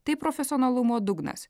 tai profesionalumo dugnas